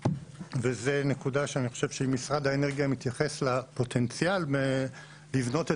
זו נקודה שאני חושב שאם משרד האנרגיה מתייחס לפוטנציאל לבנות את